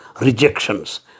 Rejections